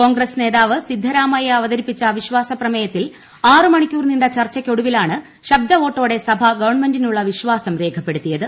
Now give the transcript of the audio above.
കോൺഗ്രസ് നേതാവ് സിദ്ധരാമയ്യ അവതരിപ്പിച്ച അവിശ്വാസ പ്രമേയത്തിൽ ആറ് മണിക്കൂർ നീണ്ട ചർച്ചയ്ക്കൊടുവിലാണ് ശബ്ദവോട്ടോടെ സഭ ഗവൺമെന്റിലുള്ള വിശ്വാസം രേഖപ്പെടുത്തിയത്